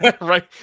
right